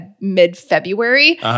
mid-February